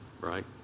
right